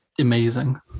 amazing